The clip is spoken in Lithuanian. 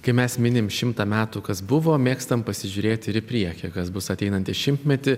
kai mes minim šimtą metų kas buvo mėgstam pasižiūrėti ir į priekį kas bus ateinantį šimtmetį